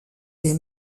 des